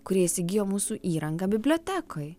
kurie įsigijo mūsų įrangą bibliotekai